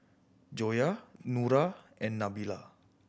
Joyah Nura and Nabila